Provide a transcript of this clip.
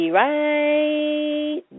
right